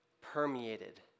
permeated